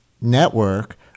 network